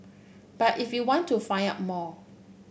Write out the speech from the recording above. but if you want to find out more